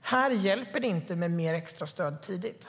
Här hjälper det inte med mer extrastöd tidigt.